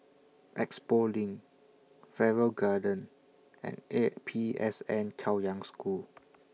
Expo LINK Farrer Garden and A P S N Chaoyang School